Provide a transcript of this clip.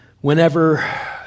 Whenever